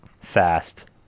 fast